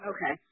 Okay